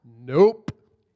Nope